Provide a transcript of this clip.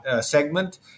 segment